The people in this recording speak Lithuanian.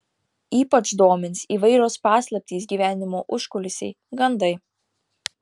ypač domins įvairios paslaptys gyvenimo užkulisiai gandai